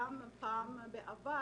הגענו למבוי